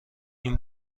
این